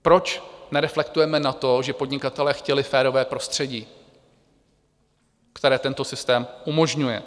Proč nereflektujeme na to, že podnikatelé chtěli férové prostředí, které tento systém umožňuje?